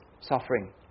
suffering